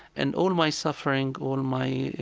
and all my suffering, all my,